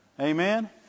Amen